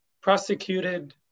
prosecuted